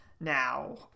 now